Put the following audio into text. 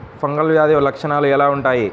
Fungal వ్యాధి లక్షనాలు ఎలా వుంటాయి?